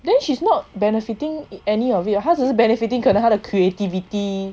then she's not benefiting any of it 他只是 benefiting 可能他的 creativity